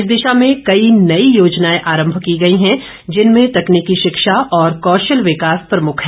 इस दिशा में कई नई योजनाएं आरभ की गई हैं जिनमें तकनीकी शिक्षा और कौशल विकास प्रमुख है